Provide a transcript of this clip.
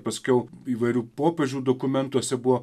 paskiau įvairių popiežių dokumentuose buvo